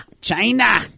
China